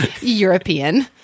European